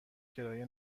کرایه